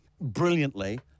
brilliantly